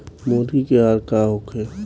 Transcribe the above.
मुर्गी के आहार का होखे?